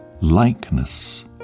likeness